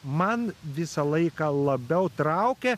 man visą laiką labiau traukia